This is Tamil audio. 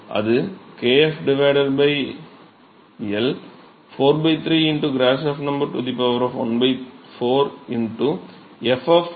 அது kf L 4 3 Gr ¼ f ஆக மாறும்